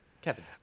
Kevin